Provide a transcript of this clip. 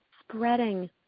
spreading